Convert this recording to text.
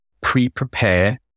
pre-prepare